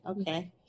okay